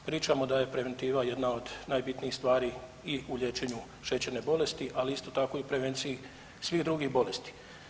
Pričamo da je preventiva jedna od najbitnijih stvari i u liječenju šećerne bolesti, ali isto tako i u prevenciji svih drugih bolesti.